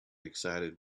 excited